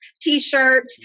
t-shirt